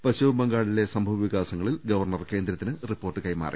പശ്ചിമ ബംഗാളിലെ സംഭവ വികാസങ്ങളിൽ ഗവർണർ കേന്ദ്രത്തിന് റിപ്പോർട്ട് കൈമാറി